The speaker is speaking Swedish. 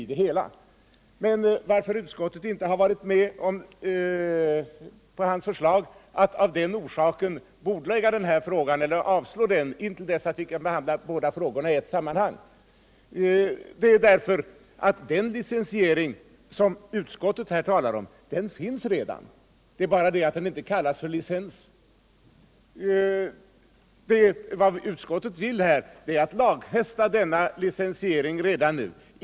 Anledningen till att utskottet inte har tillstyrkt hans förslag att av den orsaken bordlägga frågan eller avstyrka den. tills vi kan behandla frågorna i ett sammanhang är den att den licensiering som utskottet här talar om redan finns. Det är bara det att den inte kallas för licens. Utskottet vill lagfästa denna licensiering redan nu.